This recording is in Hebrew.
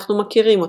"אנחנו מכירים אותו,